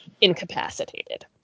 Incapacitated